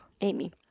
Amy